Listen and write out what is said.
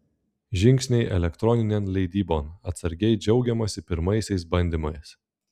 žingsniai elektroninėn leidybon atsargiai džiaugiamasi pirmaisiais bandymais